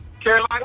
Carolina